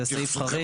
זה סעיף חריג.